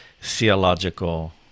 theological